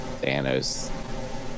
Thanos